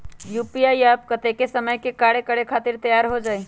UPI app कतेइक समय मे कार्य करे खातीर तैयार हो जाई?